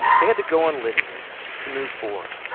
they had to go on living there, to move forward.